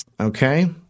okay